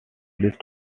list